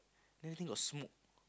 everything got smoke